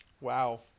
Wow